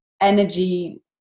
energy